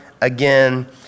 again